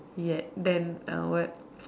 yet then uh what